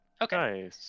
Okay